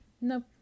Nope